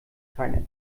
keiner